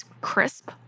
crisp